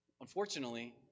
unfortunately